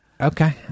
Okay